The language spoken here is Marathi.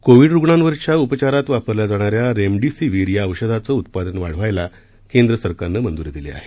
कोविड रुग्णांवरच्या उपचारात वापरल्या जाणाऱ्या रेमडेसीवीर या औषधाचं उत्पादन वाढवायला केंद्रसरकारनं मंजूरी दिली आहे